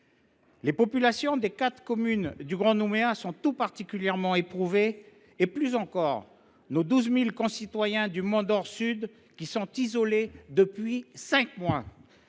Les populations des quatre communes du Grand Nouméa sont tout particulièrement éprouvées, et plus encore nos 12 000 concitoyens du Mont Dore Sud, qui sont isolés depuis cinq mois.